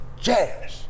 jazz